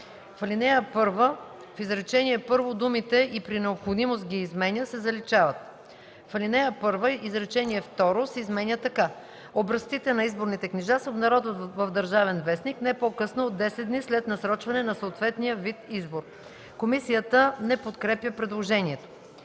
В ал. 1, в изречение първо думите „и при необходимост ги изменя“ се заличават. 2. В ал. 1, изречение второ се изменя така: „Образците на изборните книжа се обнародват в Държавен вестник не по-късно от 10 дни след насрочване на съответния вид избор. “ Комисията не подкрепя предложението.